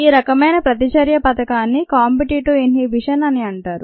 ఈ రకమైన ప్రతిచర్య పథకాన్ని కాంపిటీటివ్ ఇన్హిబిషన్ అని అంటారు